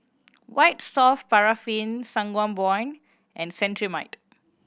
White Soft Paraffin Sangobion and Cetrimide